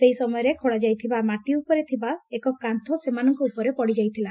ସେହି ସମୟରେ ଖୋଳାଯାଇଥିବା ମାଟି ଉପରେ ଥିବା ଏକ କାନ୍ଟୁ ସେମାନଙ୍କ ଉପରେ ପଡିଯାଇଥିଲା